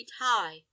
high